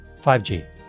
5G